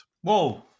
Whoa